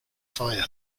fire